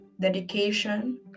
dedication